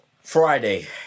Friday